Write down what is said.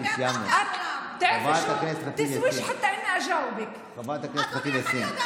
את, חברת הכנסת ח'טיב יאסין, סיימנו.